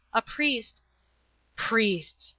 a priest priests!